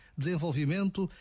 desenvolvimento